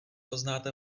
poznáte